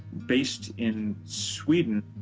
based in sweden